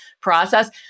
process